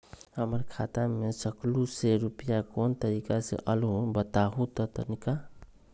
हमर खाता में सकलू से रूपया कोन तारीक के अलऊह बताहु त तनिक?